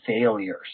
failures